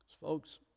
Folks